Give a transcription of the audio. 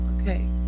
okay